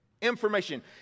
Information